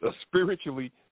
spiritually